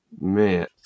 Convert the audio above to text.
man